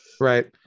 Right